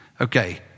Okay